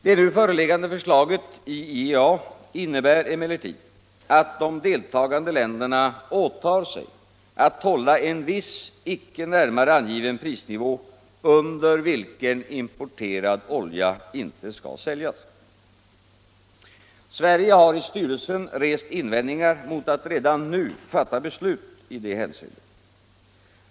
Det nu föreliggande förslaget i IEA innebär emellertid att de deltagande länderna åtar sig att hålla en viss, icke närmare angiven, prisnivå under vilken importerad olja inte skall säljas. Sverige har i styrelsen rest invändningar mot att redan nu fatta beslut i detta hänseende.